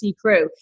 crew